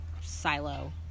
silo